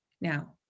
Now